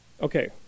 Okay